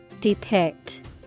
Depict